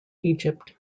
egypt